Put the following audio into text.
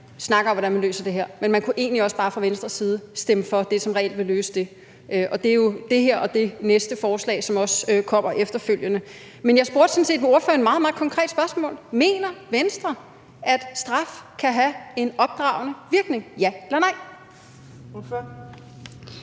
snakke om, hvordan man løser det her, men man kunne egentlig også bare fra Venstres side stemme for det, som reelt vil løse det, og det er jo det her og det næste forslag, som kommer. Men jeg stillede sådan set ordføreren et meget, meget konkret spørgsmål: Mener Venstre, at straf kan have en opdragende virkning? Ja eller nej. Kl.